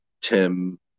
tim